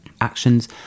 actions